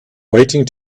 waiting